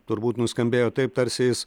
turbūt nuskambėjo taip tarsi jis